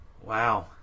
wow